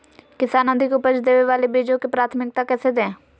किसान अधिक उपज देवे वाले बीजों के प्राथमिकता कैसे दे?